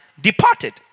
departed